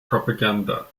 propaganda